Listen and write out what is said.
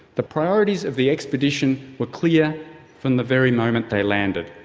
the priorities of the expedition were clear from the very moment they landed.